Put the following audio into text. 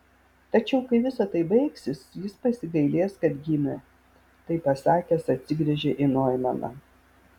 tačiau kai visa tai baigsis jis pasigailės kad gimė tai pasakęs atsigręžė į noimaną